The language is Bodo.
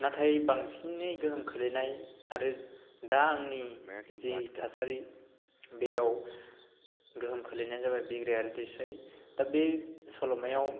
नाथाय बांसिननि गोहोम खोख्लैनाय आरो दा आंनि जि थासारि बेयाव गोहोम खोख्लैनायानो जाबाय बिग्राइ आरो दैस्राय दा बे सल'मायाव